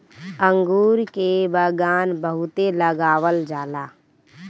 अंगूर के बगान बहुते लगावल जाला